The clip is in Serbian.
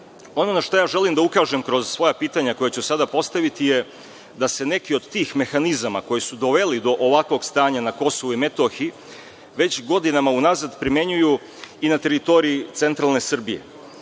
itd. Ono na šta ja želim da ukažem kroz svoja pitanja koja ću sada postaviti jeste da se neki od tih mehanizama, koji su doveli do ovakvog stanja na KiM, već godinama unazad primenjuju i na teritoriji centralne Srbije